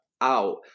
out